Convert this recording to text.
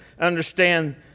understand